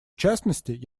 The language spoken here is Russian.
частности